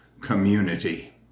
community